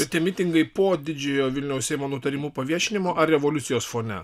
šitie mitingai po didžiojo vilniaus seimo nutarimų paviešinimo ar revoliucijos fone